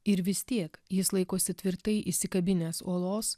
ir vis tiek jis laikosi tvirtai įsikabinęs uolos